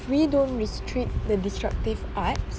we don't restrict the destructive art